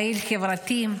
פעיל חברתי.